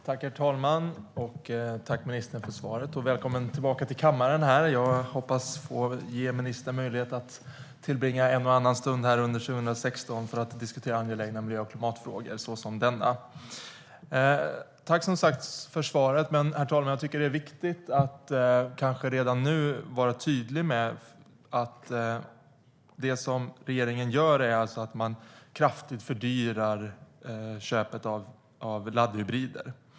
Herr talman! Jag tackar ministern för svaret och hälsar henne välkommen tillbaka till kammaren. Jag hoppas få ge ministern möjlighet att tillbringa en och annan stund här under 2016 för att diskutera angelägna miljö och klimatfrågor som denna. Herr talman! Jag tycker att det är viktigt att kanske redan nu vara tydlig med att det som regeringen gör alltså är att kraftigt fördyra köp av laddhybrider.